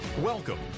Welcome